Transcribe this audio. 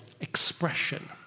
expression